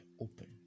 open